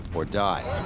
or die.